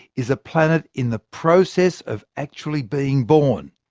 is a planet in the process of actually being born.